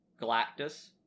Galactus